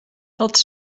dat